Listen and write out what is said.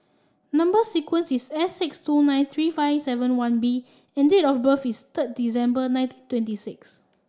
number sequence is S six two nine three five seven one B and date of birth is third December nineteen twenty six